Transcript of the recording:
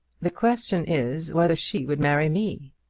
the question is whether she would marry me.